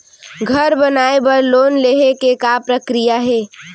घर बनाये बर लोन लेहे के का प्रक्रिया हे?